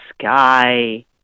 sky